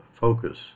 focus